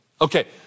Okay